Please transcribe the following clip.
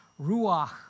Ruach